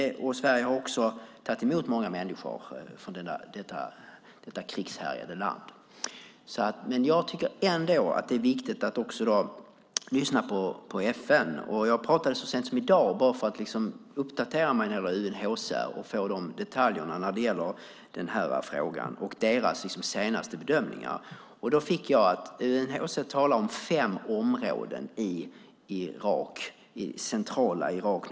Sverige har också tagit emot många människor från detta krigshärjade land. Men jag tycker ändå att det är viktigt att också lyssna på FN. Så sent som i dag uppdaterade jag mig när det gäller UNHCR för att få veta detaljerna när det gäller den här frågan och för att höra om deras senaste bedömningar. Då fick jag veta att UNHCR talar om fem områden i centrala Irak.